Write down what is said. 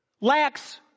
lacks